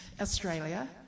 Australia